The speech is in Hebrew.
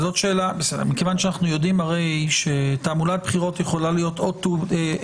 אבל מכיוון שאנחנו יודעים שתעמולת בחירות יכולה להיות תעמולה